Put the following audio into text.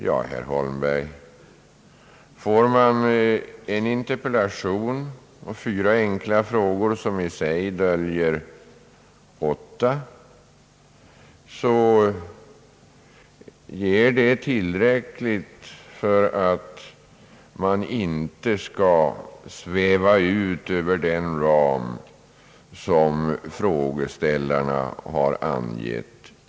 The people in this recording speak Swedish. Ja, herr Holmberg, får man en interpellation och fyra enkla frågor, som i sig rymmer åtta, är det tillräckligt för att man inte skall sväva ut över den ram som frågeställarna angett.